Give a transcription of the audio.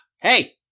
Hey